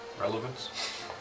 Relevance